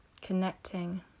connecting